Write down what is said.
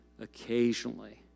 occasionally